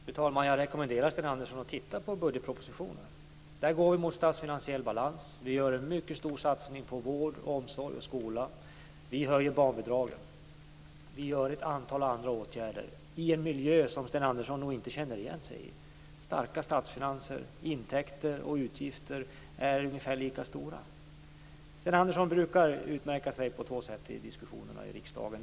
Fru talman! Jag rekommenderar Sten Andersson att titta på budgetpropositionen. Där går vi mot statsfinansiell balans. Vi gör en mycket stor satsning på vård, omsorg och skola. Vi höjer barnbidragen. Vi vidtar ett antal andra åtgärder i en miljö som Sten Andersson nog inte känner igen sig i - starka statsfinanser. Intäkter och utgifter är ungefär lika stora. Sten Andersson brukar utmärka sig på två sätt vid diskussionerna i riksdagen.